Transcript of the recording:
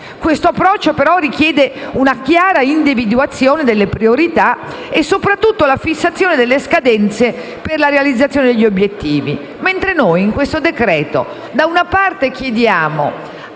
Questo approccio, però, richiede una chiara individuazione delle priorità e soprattutto la fissazione delle scadenze per la realizzazione degli obiettivi. Mentre noi con questo decreto-legge, da una parte, chiediamo